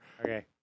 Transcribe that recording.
Okay